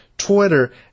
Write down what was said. Twitter